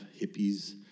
Hippies